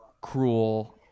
cruel